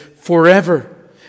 forever